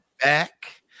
back